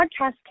podcast